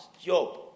job